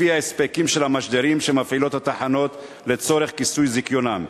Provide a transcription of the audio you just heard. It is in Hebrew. לפי ההספקים של המשדרים שמפעילות התחנות לצורך כיסוי זיכיונן.